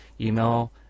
email